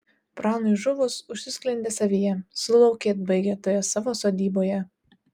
pranui žuvus užsisklendė savyje sulaukėt baigia toje savo sodyboje